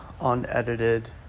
unedited